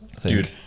Dude